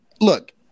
look